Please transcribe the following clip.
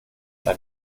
ein